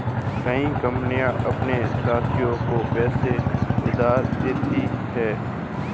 कई कंपनियां अपने साथियों को पैसा उधार देती हैं